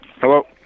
Hello